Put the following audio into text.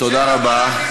תודה רבה.